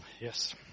Yes